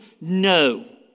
No